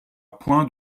point